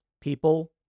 people